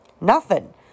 Nothing